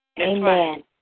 Amen